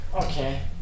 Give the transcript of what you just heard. Okay